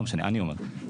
לא משנה, אני אומר.